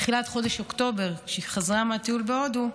בתחילת חודש אוקטובר, כשהיא חזרה מהטיול בהודו,